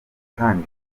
kandi